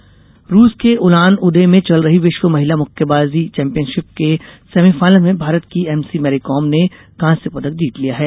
महिला मुक्केबाजी रूस के उलान उदे में चल रही विश्व महिला मुक्केबाजी चैम्पियनशिप के सेमीफाइनल में भारत की एम सी मैरी कॉम ने कांस्य पदक जीत लिया है